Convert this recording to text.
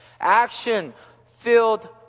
Action-filled